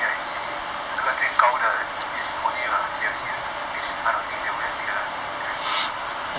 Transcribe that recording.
see 那个最高 is only a C_F_C only means I don't think you might get ah